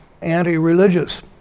anti-religious